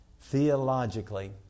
Theologically